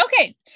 okay